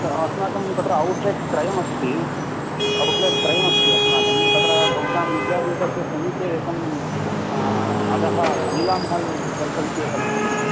अस्माकं तत्र औट्लेट् त्रयमस्ति औट्लेट् त्रयमस्ति अस्माकं तत्र भवतां विद्यापीठस्य समीपे एकं अधः लीलामहल् सर्कल् इति एकमस्ति